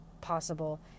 possible